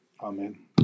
Amen